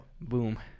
Boom